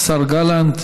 השר גלנט,